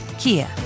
Kia